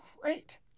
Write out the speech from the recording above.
great